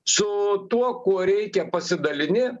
su tuo kuo reikia pasidalini